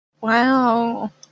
Wow